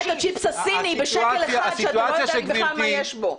את הצ'יפס הסיני בשקל אחד שאתה לא יודע בכלל מה יש בו.